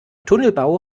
tunnelbau